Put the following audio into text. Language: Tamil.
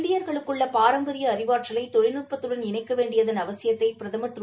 இந்தியர்களுக்குள்ள பாரம்பரிய அறிவாற்றலை தொழில்நுட்பத்துடன் இணைக்க வேண்டிய அவசியத்தை பிரதமர் திரு